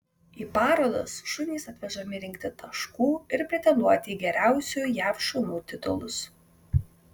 į parodas šunys atvežami rinkti taškų ir pretenduoti į geriausių jav šunų titulus